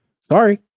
Sorry